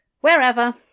Wherever